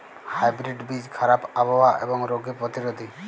hybrid বীজ খারাপ আবহাওয়া এবং রোগে প্রতিরোধী